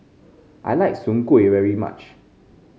I like Soon Kueh very much